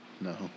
No